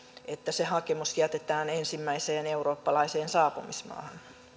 että se hakemus jätetään ensimmäiseen eurooppalaiseen saapumismaahan